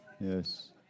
Yes